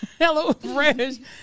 HelloFresh